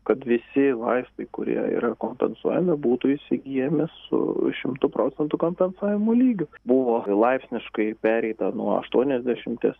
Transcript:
kad visi vaistai kurie yra kompensuojami būtų įsigyjami su šimtu procentų kompensavimo lygiu buvo laipsniškai pereita nuo aštuoniasdešimties